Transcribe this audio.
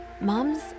Mums